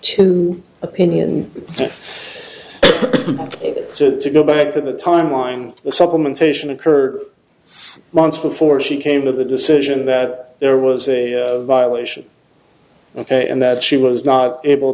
the opinion that it took to go back to the time line supplementation occurred months before she came to the decision that there was a violation ok and that she was not able